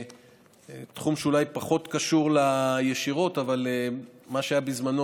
תחום שאולי פחות קשור ישירות: מה שהיה בזמנו,